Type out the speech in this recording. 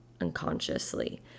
unconsciously